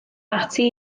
ati